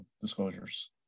disclosures